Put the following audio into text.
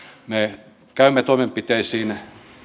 me käymme toimenpiteisiin